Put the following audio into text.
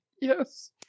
Yes